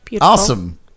awesome